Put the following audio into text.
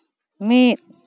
ᱢᱤᱫ